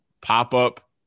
pop-up